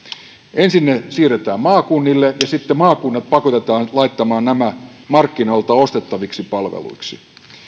ensin ne siirretään maakunnille ja sitten maakunnat pakotetaan laittamaan nämä markkinoilta ostettaviksi palveluiksi